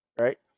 Right